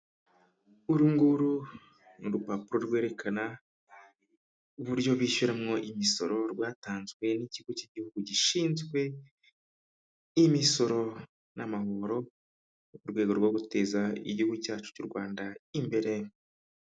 Urungu ni urupapuro rwerekana uburyo bishyuramo imisoro rwatanzwe n'ikigo cy igihugu gishinzwe imisoro n'amahoro, mu rwego rwo guteza igihugu cyacu cy'u Rwanda imbere.